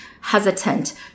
hesitant